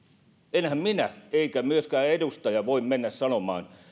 enhän minä eikä myöskään edustaja voi mennä sanomaan